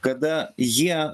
kada jie